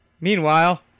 Meanwhile